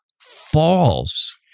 false